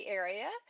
area